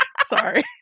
Sorry